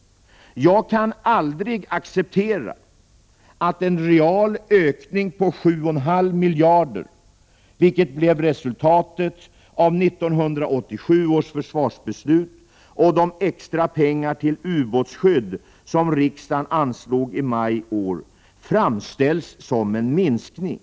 Jag kan aldrig acceptera att en real ökning på 7,5 miljarder, vilket blev resultatet av 1987 års försvarsbeslut och de extra pengar till ubåtsskydd som riksdagen anslog i maj i år, framställs som en minskning.